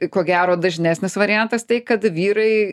ko gero dažnesnis variantas tai kad vyrai